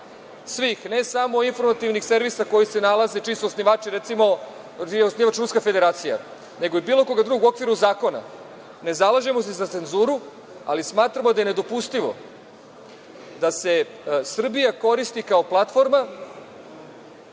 svih, ne samo informativnih servisa čiji su osnivači recimo Ruska Federacija, nego i bilo koga drugog u okviru zakona. Ne zalažemo se za cenzuru, ali smatramo da je nedopustivo da se Srbija koristi kao platforma